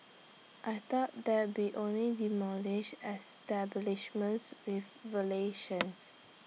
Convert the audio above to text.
I thought they'll be only demolishing establishments with violations